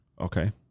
Okay